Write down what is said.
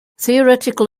theoretical